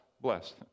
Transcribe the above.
blessed